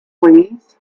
please